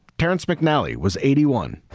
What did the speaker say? terrence mcnally was eighty one.